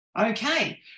Okay